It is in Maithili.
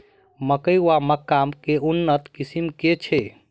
मकई वा मक्का केँ उन्नत किसिम केँ छैय?